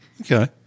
Okay